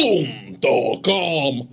Boom.com